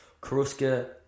Karuska